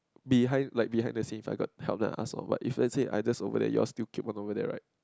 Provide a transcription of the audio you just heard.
behind like behind the scene I got help then I ask or what if let's say I just over there you all still keep over there right